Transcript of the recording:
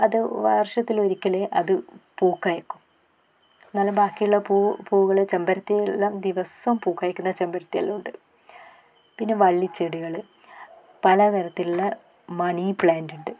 അത് വർഷത്തിൽ ഒരിക്കലേ അത് പൂ കായ്ക്കൂ എന്നാലും ബാക്കിയുള്ള പൂ പൂവുകൾ ചെമ്പരത്തിയെല്ലാം ദിവസവും പൂ കായ്ക്കുന്ന ചെമ്പരത്തിയെല്ലാം ഉണ്ട് പിന്നെ വള്ളി ചെടികൾ പല തരത്തിലുള്ള മണി പ്ലാൻറ്ണ്ട്